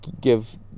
give